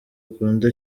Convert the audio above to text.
akunda